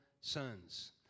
sons